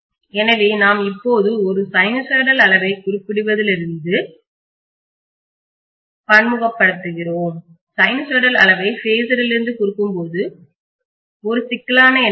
எனவே நாம் இப்போது ஒரு சைனூசாய்டல் அளவைக் குறிப்பிடுவதிலிருந்து பன்முகப்படுத்துகிறோம் சைனூசாய்டல் அளவை பேஸர் லிருந்து குறிக்கும் ஒரு சிக்கலான எண்ணாக